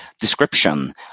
description